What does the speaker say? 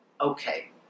okay